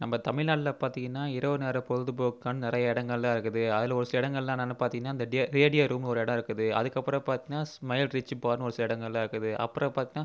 நம்ம தமிழ்நாட்டில் பார்த்தீங்கனா இரவு நேர பொழுதுபோக்குக்கான நிறைய இடங்கள்லா இருக்குது அதில் ஒரு சில இடங்கள்லா என்னெனான்னு பார்த்தீங்கனா இந்த டே ரேடியோ ரூம் ஒரு இடம் இருக்குது அதுக்கப்புறம் பார்த்தீங்கனா ஸ்மைல் ரிச் பார் ஒரு சில இடங்கள்லா இருக்குது அப்புறம் பார்த்த